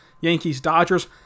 Yankees-Dodgers